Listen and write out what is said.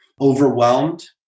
overwhelmed